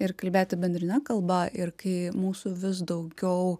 ir kalbėti bendrine kalba ir kai mūsų vis daugiau